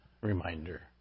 reminder